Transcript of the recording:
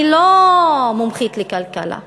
אני לא מומחית לכלכלה,